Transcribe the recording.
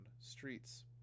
streets